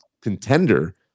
contender